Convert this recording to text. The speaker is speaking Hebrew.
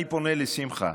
אני פונה לשמחה,